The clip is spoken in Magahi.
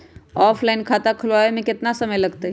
ऑफलाइन खाता खुलबाबे में केतना समय लगतई?